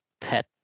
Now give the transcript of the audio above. pet